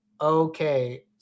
okay